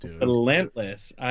relentless